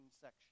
section